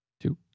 Two